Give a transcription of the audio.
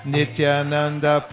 Nityananda